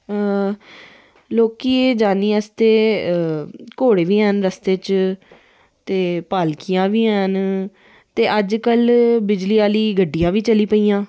लोकें दे जाने आस्तै घोडे़ बी ऐ न रस्ते बिच ते पालकियां बी ऐ न ते अजकल बिजली आह्ली गड्डियां बी चली पेइयां